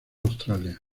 australia